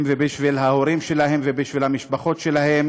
ובשביל ההורים שלהם ובשביל המשפחות שלהם